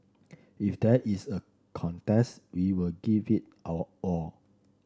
if there is a contest we will give it our all